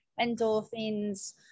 Endorphins